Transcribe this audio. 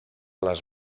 les